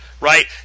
right